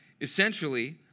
Essentially